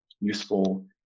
useful